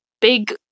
big